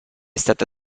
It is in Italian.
stata